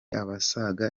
abasaga